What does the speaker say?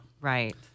Right